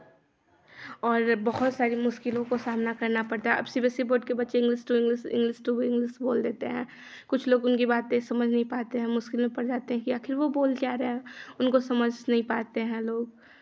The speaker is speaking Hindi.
और बहुत सारी मुश्किलों का सामना करना पड़ता है अब C B S E board के बच्चे English to English English to English बोल देते हैं कुछ लोग उनकी बातें समझ नहीं पाते हैं मुश्किल में पड़ जाते हैं कि आखिर वो बोल क्या रहे हैं उनको समझ नहीं पाते हैं लोग